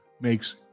Makes